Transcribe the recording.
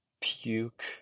Puke